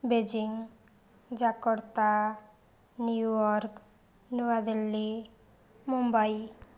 Beijing Jakarta New York ନୂଆଦିଲ୍ଲୀ ମୁମ୍ବାଇ